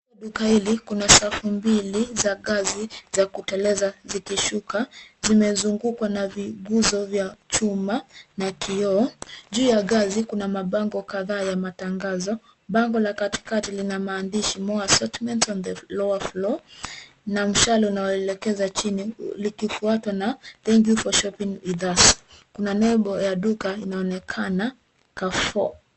Duka hili kuna safu mbili za ngazi, za kuteleza zikishuka, zimezungukwa na viguzo vya chuma na kioo. Juu ya ngazi kuna mabango kadhaa ya matangazo. Bango la katikati lina maandisho more assortments on the lower floor na mshale unaoelekeza chini, likifuatwa na thank you for shopping with us , kuna nembo ya duka inaonekana Carrefour.